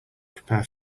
prepare